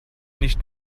nicht